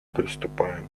приступаем